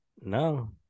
No